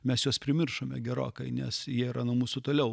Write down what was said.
mes juos primiršome gerokai nes jie yra nuo mūsų toliau